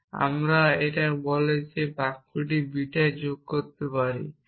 তারপর আমরা এই বলে বাক্যটি বিটা যোগ করতে পারি